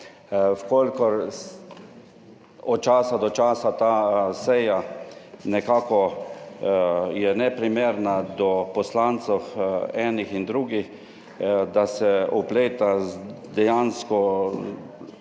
kolikor od časa do časa ta seja nekako je neprimerna do poslancev enih in drugih, da se vpleta dejansko